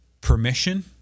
permission